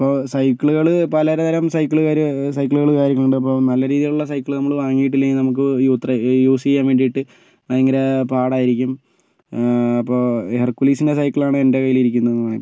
ഇപ്പോൾ സൈക്കിളുകള് പലതരം സൈക്കിൾ സൈക്കിളുകളും കാര്യങ്ങളും ഉണ്ട് അപ്പോൾ നല്ല രീതിയിലുള്ള സൈക്കിൾ നമ്മൾ വാങ്ങിയിട്ടില്ലെങ്കിൽ നമുക്ക് യൂത്ര യൂസ് ചെയ്യാൻ വേണ്ടിയിട്ട് ഭയങ്കര പാടായിരിക്കും അപ്പോൾ ഹെർക്കൂലീസിൻ്റെ സൈക്കിളാണ് എൻ്റെ കയ്യിൽ ഇരിക്കുന്നത്